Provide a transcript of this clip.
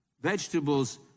vegetables